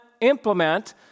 implement